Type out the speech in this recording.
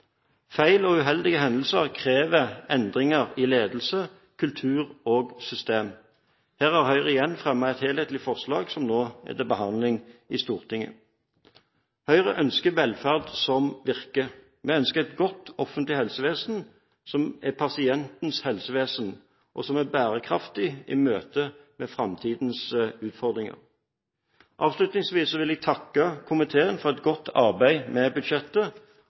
Feil og uheldige hendelser krever endringer i ledelse, kultur og system. Her har Høyre igjen fremmet et helhetlig forslag, som nå er til behandling i Stortinget. Høyre ønsker velferd som virker. Vi ønsker et godt offentlig helsevesen som er pasientens helsevesen, og som er bærekraftig i møte med framtidens utfordringer. Avslutningsvis vil jeg takke komiteen for et godt arbeid med budsjettet,